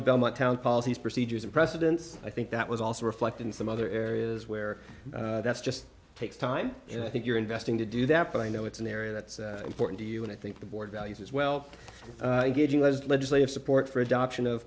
belmont town policies procedures and precedence i think that was also reflected in some other areas where that's just takes time and i think you're investing to do that but i know it's an area that's important to you and i think the board values as well as legislative support for adoption of